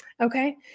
okay